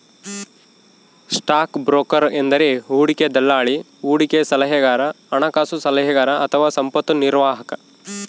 stock broker ಎಂದರೆ ಹೂಡಿಕೆ ದಲ್ಲಾಳಿ, ಹೂಡಿಕೆ ಸಲಹೆಗಾರ, ಹಣಕಾಸು ಸಲಹೆಗಾರ ಅಥವಾ ಸಂಪತ್ತು ನಿರ್ವಾಹಕ